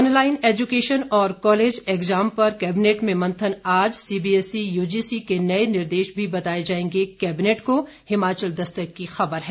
online education और college exam पर cabinet में मंथन आज सीबीएसई यूजीसी के नए निर्देश भी बताए जाएंगे कैबिनेट को हिमाचल दस्तक की खबर है